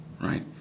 Right